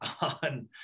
on